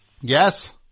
Yes